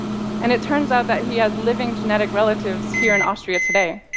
and it turns out that he has living genetic relatives here in austria today.